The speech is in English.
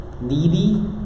Needy